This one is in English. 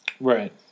Right